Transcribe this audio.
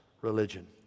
religion